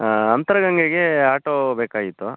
ಹಾಂ ಅಂತರಗಂಗೆಗೇ ಆಟೋ ಬೇಕಾಗಿತ್ತು